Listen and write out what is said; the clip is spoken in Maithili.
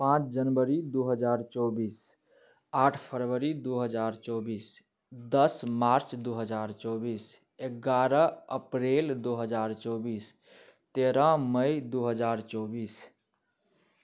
पाँच जनवरी दू हजार चौबीस आठ फरवरी दू हजार चौबीस दस मार्च दू हजार चौबीस एगारह अप्रैल दू हजार चौबीस तेरह मइ दू हजार चौबीस